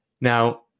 Now